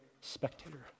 spectator